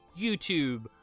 YouTube